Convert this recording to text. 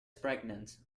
pregnant